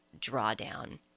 Drawdown